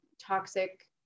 toxic